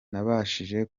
nabashije